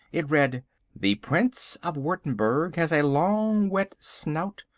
it read the prince of wurttemberg has a long, wet snout,